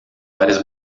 áreas